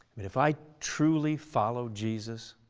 i mean if i truly followed jesus,